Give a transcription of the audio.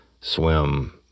Swim